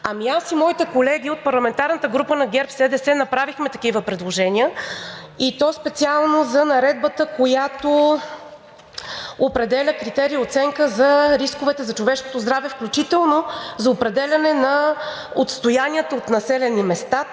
Аз и моите колеги от парламентарната група на ГЕРБ-СДС направихме такива предложения, и то специално за Наредбата, която определя критерии и оценка за рисковете за човешкото здраве, включително за определяне на отстоянията от населени места